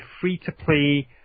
free-to-play